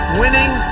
winning